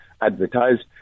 advertised